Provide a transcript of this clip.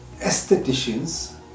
Aestheticians